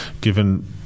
given